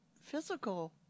physical